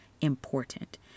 important